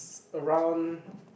around